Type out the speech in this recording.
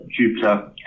Jupiter